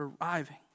arriving